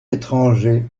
étrangers